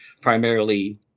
primarily